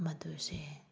ꯃꯗꯨꯁꯦ